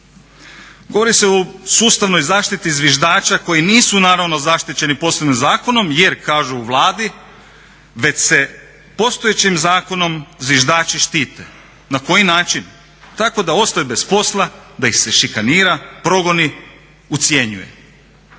Govori se o sustavnoj zaštititi zviždača koji nisu naravno zaštićeni posebnim zakonom jer kažu u Vladi već se postojećim zakonom zviždači štite. Na koji način? Tako da ostaju bez posla, da ih se šikanira, progoni, ucjenjuje.